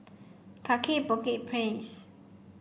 Kaki Bukit Place